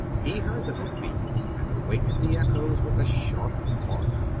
he heard the hoof-beats and awakened the echoes with a sharp bark.